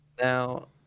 now